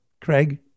Craig